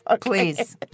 Please